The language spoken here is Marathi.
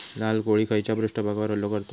लाल कोळी खैच्या पृष्ठभागावर हल्लो करतत?